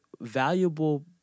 valuable